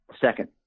second